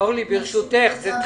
עוד נדבר על זה הרבה.